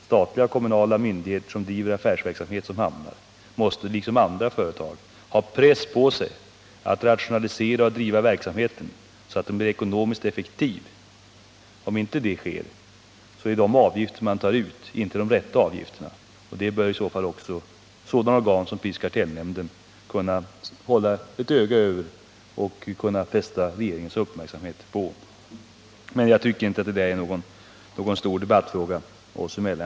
Statliga och kommunala myndigheter som driver affärsverksamhet, t.ex. hamnar, måste liksom andra företag ha press på sig att rationalisera och driva verksamheten så att den blir ekonomiskt effektiv. Om det inte sker är de avgifter man tar ut inte de rätta avgifterna. Det bör i så fall också sådana organ som prisoch kartellnämnden kunna hålla ett öga på och fästa regeringens uppmärksamhet på. Men jag tycker inte det är någon stor debattfråga oss emellan.